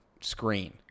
screen